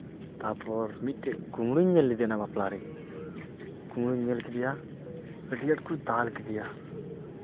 ᱛᱟᱨᱯᱚᱨ ᱢᱤᱫᱴᱮᱱ ᱠᱩᱢᱵᱲᱩᱧ ᱧᱮᱞ ᱞᱮᱫᱮᱭᱟ ᱚᱱᱟ ᱵᱟᱯᱞᱟ ᱨᱮᱜᱮ ᱠᱩᱢᱲᱩᱧ ᱧᱮᱞ ᱠᱮᱫᱮᱭᱟ ᱟᱹᱰᱤ ᱟᱸᱴ ᱠᱚ ᱫᱟᱞ ᱠᱮᱫᱮᱭᱟ